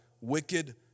wicked